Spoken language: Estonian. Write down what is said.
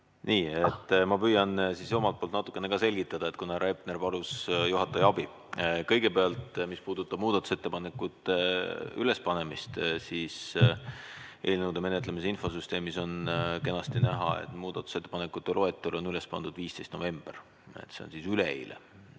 Nii. Ma püüan ka omalt poolt natukene selgitada, kuna härra Hepner palus juhataja abi. Kõigepealt, mis puudutab muudatusettepanekute ülespanemist, siis eelnõude menetlemise infosüsteemis on kenasti näha, et muudatusettepanekute loetelu on üles pandud 15. novembril, s.o üleeile.